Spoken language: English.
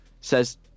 says